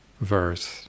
verse